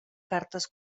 cartes